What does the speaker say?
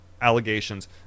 allegations